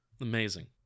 Amazing